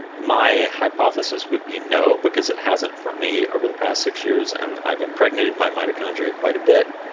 my hypothesis would be no, because it hasn't for me over the past six years, and i've impregnated my mitochondria quite a bit.